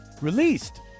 Released